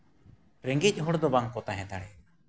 ᱨᱮᱸᱜᱮᱡ ᱦᱚᱲ ᱫᱚ ᱵᱟᱝ ᱠᱚ ᱛᱟᱦᱮᱸ ᱫᱟᱲᱮᱭᱟᱜᱼᱟ